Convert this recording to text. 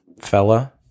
Fella